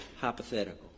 hypothetical